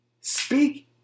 Speak